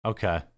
Okay